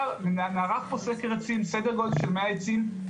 נערך פה סקר, סדר גודל של מאה עצים.